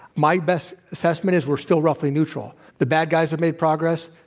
my best assessment is we're still roughly neutral. the bad guys have made progress.